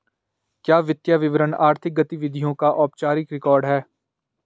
क्या वित्तीय विवरण आर्थिक गतिविधियों का औपचारिक रिकॉर्ड है?